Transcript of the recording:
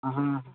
হুম